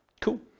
Cool